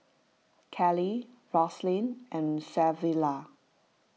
Cali Roselyn and Savilla